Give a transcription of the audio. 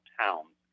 towns